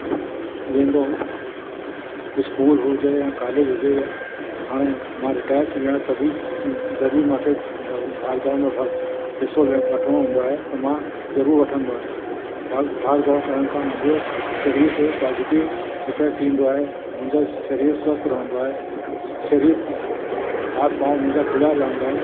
वेंदो हुउमि स्कूल हुजे या कॉलेज हुजे या हाणे मां रिटायर थी वियो आहियां त बि जॾहिं मूंखे ब भाग दौड़ में हिसो वठिणो हूंदो आहे त मां ज़रूर वठंदो आहियां भ भाग दौड़ करण सां मुंहिंजे शरीर ते पोज़िटिव इफ़ेक्ट ईंदो आहे मुंहिंजो शरीर स्वस्थ रहंदो आहे शरीर हाथ पांव मुंहिंजा खुलिया रहंदा आहिनि